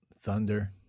thunder